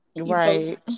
Right